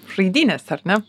žaidynėse ar ne